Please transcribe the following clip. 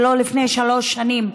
ולא לפני שלוש שנים,